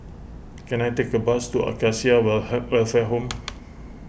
can I take a bus to Acacia will her Welfare Home